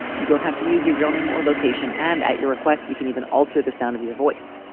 you don't have to use your real name or location. and at your request, we can even alter the sound of your voice.